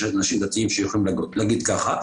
כל הזמן מחפשים את התירוצים למה לא לקדם את התכנון.